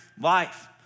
life